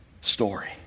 story